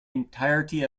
entirety